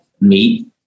Meat